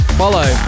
follow